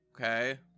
Okay